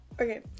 Okay